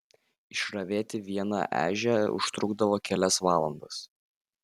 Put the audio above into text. išravėti vieną ežią užtrukdavo kelias valandas